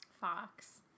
Fox